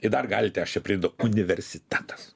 ir dar galite aš čia pridedu universitetas